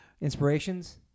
Inspirations